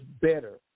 better